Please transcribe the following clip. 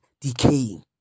decaying